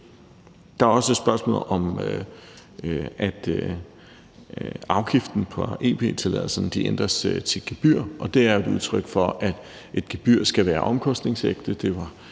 Der er også spørgsmålet om, at afgiften på ep-tilladelserne ændres til gebyr. Det er jo et udtryk for, at et gebyr skal være omkostningsægte.